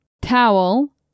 towel